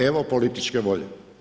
Evo političke volje.